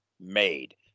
made